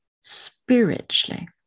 spiritually